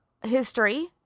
history